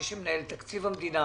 מי שמנהל את תקציב המדינה